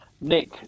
Nick